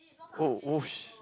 oh oh sh~